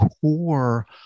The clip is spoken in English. core